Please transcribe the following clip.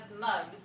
mugs